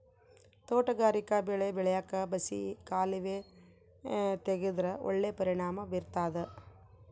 ತೋಟಗಾರಿಕಾ ಬೆಳೆ ಬೆಳ್ಯಾಕ್ ಬಸಿ ಕಾಲುವೆ ತೆಗೆದ್ರ ಒಳ್ಳೆ ಪರಿಣಾಮ ಬೀರ್ತಾದ